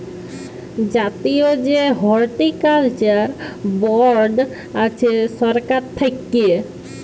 জাতীয় যে horticulture board আছে সরকার থাক্যে